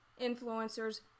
influencers